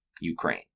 Ukraine